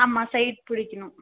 ஆமாம் சைட் பிடிக்கணும்